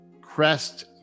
crest